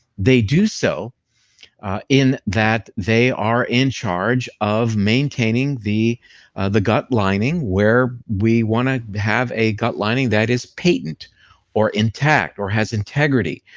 they do so in that they are in charge of maintaining the the gut lining, where we wanna have a gut lining that is patent or intact or has integrity.